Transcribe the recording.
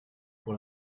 pour